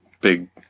big